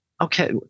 Okay